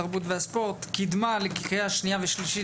התרבות והספורט קידמה לקריאה שנייה ושלישית